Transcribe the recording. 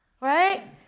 right